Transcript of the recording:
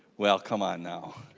well come on now.